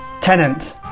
Tenant